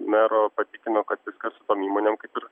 mero patikino kad viskas su tom įmonėm kaip ir